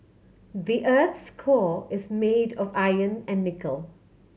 the earth's core is made of iron and nickel